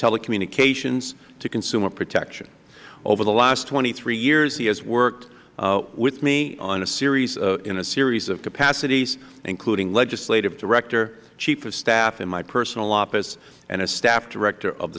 telecommunications to consumer protection over the last twenty three years he has worked with me in a series of capacities including legislative director chief of staff in my personal office and as staff director of